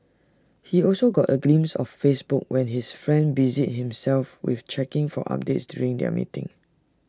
he also got A glimpse of Facebook when his friend busied himself with checking for updates during their meeting